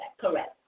Correct